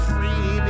free